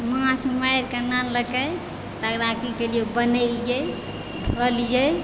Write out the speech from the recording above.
माछ मारिके अनलकै तकरा की केलियै बनेलियै धोअलियै